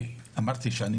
כפי שאמרתי,